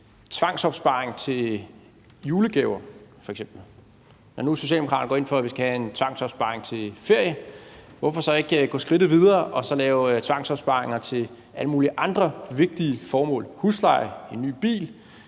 tvangsopsparing til f.eks. julegaver. Når nu Socialdemokratiet går ind for, at vi skal have en tvangsopsparing til ferie, hvorfor så ikke gå skridtet videre og lave tvangsopsparinger til alle mulige andre vigtige formål: husleje, en ny bil?